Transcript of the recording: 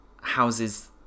houses